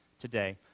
today